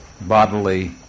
bodily